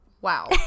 Wow